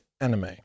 anime